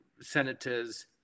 Senators